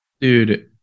Dude